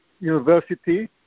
university